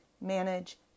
manage